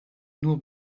nur